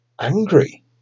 angry